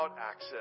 access